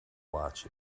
watch